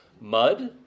mud